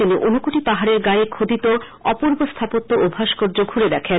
তিনি ঊনকোটি পাহাডের গায়ে খোদিত অপূর্ব স্থাপত্য ও ভাষ্কর্য্য ঘুরে দেখেন